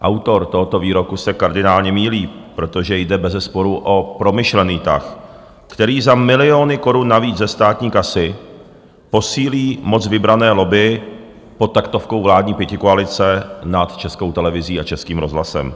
Autor tohoto výroku se kardinálně mýlí, protože jde bezesporu o promyšlený tah, který za miliony korun navíc ze státní kasy posílí moc vybrané lobby pod taktovkou vládní pětikoalice nad Českou televizí a Českým rozhlasem.